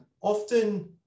often